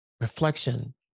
Reflection